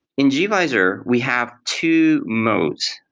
in gvisor, we have two modes.